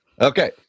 Okay